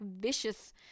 vicious